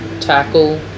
tackle